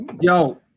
Yo